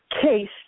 case